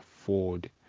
afford